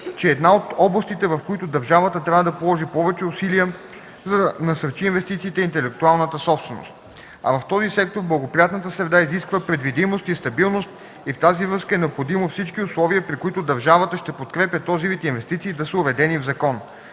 че една от областите, в които държавата трябва да положи повече усилия, за да насърчи инвестициите, е интелектуалната собственост. А в този сектор благоприятната среда изисква предвидимост и стабилност и в тази връзка е необходимо всички условия, при които държавата ще подкрепя този вид инвестиции, да са уредени в закон.